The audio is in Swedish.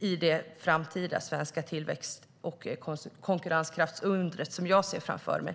i det framtida svenska tillväxt och konkurrenskraftsunder som jag ser framför mig.